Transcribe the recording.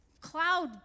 cloud